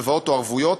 הלוואות או ערבויות,